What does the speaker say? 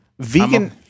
Vegan